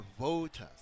voters